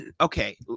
Okay